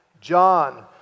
John